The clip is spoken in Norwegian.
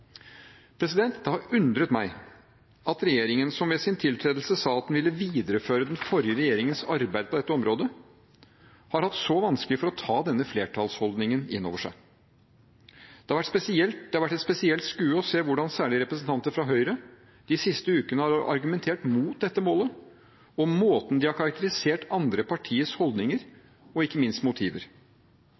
Det har undret meg at regjeringen, som ved sin tiltredelse sa at den ville videreføre den forrige regjeringens arbeid på dette området, har hatt så vanskelig for å ta denne flertallsholdningen inn over seg. Det har vært et spesielt skue å se hvordan særlig representanter fra Høyre de siste ukene har argumentert mot dette målet og måten de har karakterisert andre partiers holdninger og ikke minst motiver.